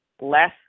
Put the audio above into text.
less